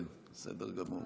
כן, בסדר גמור.